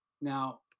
Now